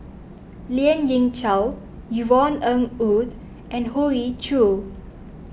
Lien Ying Chow Yvonne Ng Uhde and Hoey Choo